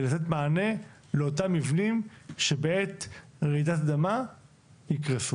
לתת מענה לאותם מבנים שבעת רעידת אדמה יקרסו.